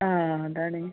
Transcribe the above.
ആ ആ അതാണ്